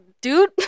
dude